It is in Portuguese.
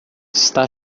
está